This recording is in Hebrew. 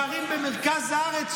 בערים במרכז הארץ,